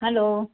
hello